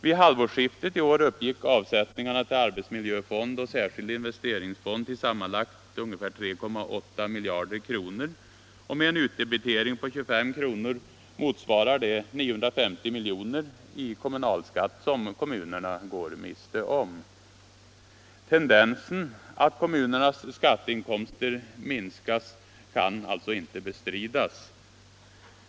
Vid halvårsskiftet i år uppgick avsättningarna till arbetsmiljöfond och särskild investeringsfond till sammanlagt 3,8 miljarder kronor. Med en utdebitering på 25 kr. motsvarar detta 950 miljoner i kommunalskatt, som kommunerna går miste om. Tendensen att kommunernas skatteinkomster minskas kan alltså inte bestridas.